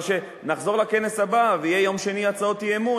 אבל כשנחזור לכנס הבא ויהיו ביום שני הצעות אי-אמון,